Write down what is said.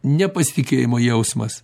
nepasitikėjimo jausmas